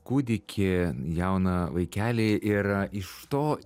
kūdikį jauną vaikelį ir iš to